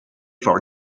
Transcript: four